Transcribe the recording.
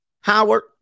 Howard